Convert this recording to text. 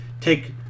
take